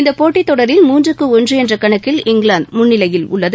இந்த போட்டித் தொடரில் மூன்றுக்கு ஒன்று என்ற கணக்கில் இங்கிலாந்து முன்னிலையில் உள்ளது